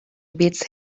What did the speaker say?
beats